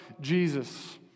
Jesus